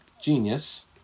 genius